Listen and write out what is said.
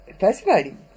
fascinating